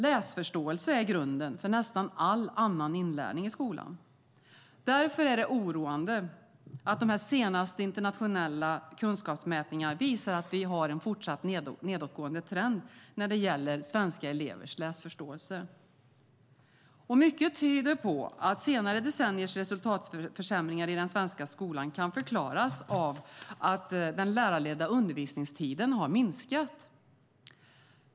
Läsförståelse är grunden för nästan all annan inlärning i skolan. Därför är det oroande att de senaste internationella kunskapsmätningarna visar att vi har en fortsatt nedåtgående trend när gäller svenska elevers läsförståelse. Mycket tyder på att senare decenniers resultatförsämringar i den svenska skolan kan förklaras av att den lärarledda undervisningstiden har minskat.